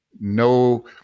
No